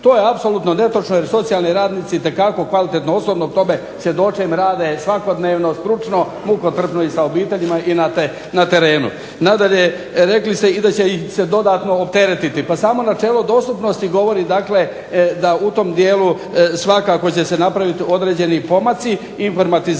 To je apsolutno netočno jer socijalni radnici itekako kvalitetno, osobno tome svjedočim, rade svakodnevno stručno, mukotrpno i sa obiteljima i na terenu. Nadalje, rekli ste i da će ih se dodatno opteretiti. Pa samo načelo dostupnosti govori dakle da u tom dijelu svakako će se napraviti određeni pomaci i informatizacija